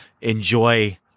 enjoy